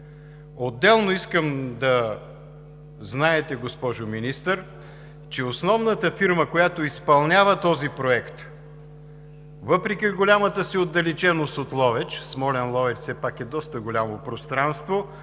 Отделно искам да знаете, госпожо Министър, че основната фирма, която изпълнява този проект, въпреки голямата си отдалеченост от Ловеч, Смолян – Ловеч все пак е доста голямо пространство,